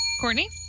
Courtney